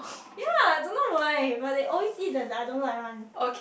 ye I don't know why but they always eat the I don't like one